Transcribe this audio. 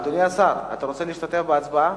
אדוני השר, אתה רוצה להשתתף בהצבעה?